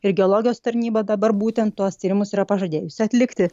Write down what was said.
ir geologijos tarnyba dabar būtent tuos tyrimus yra pažadėjusi atlikti